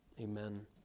Amen